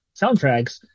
soundtracks